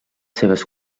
seves